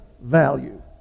value